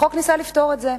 החוק ניסה לפתור את זה,